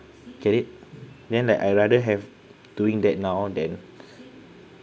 get it then like I rather have doing that now then